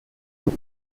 two